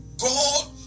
God